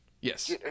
Yes